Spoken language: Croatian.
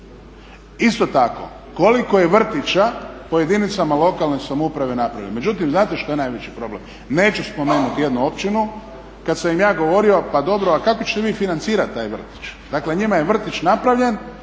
Isto tako, koliko je vrtića po jedinicama lokalne samouprave napravljeno. Međutim, znate što je najveći problem? Neću spomenuti jednu općinu. Kad sam im ja govorio, pa dobro a kako ćete vi financirati taj vrtić? Dakle, njima je vrtić napravljen,